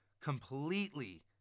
completely